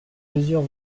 mesure